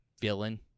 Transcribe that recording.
villain